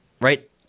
right